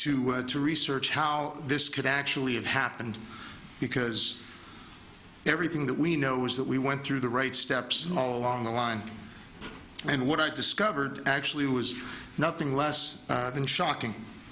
were to research how this could actually have happened because everything that we know is that we went through the right steps along the line and what i discovered actually was nothing less than shocking